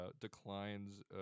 declines